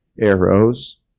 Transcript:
arrows